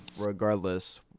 regardless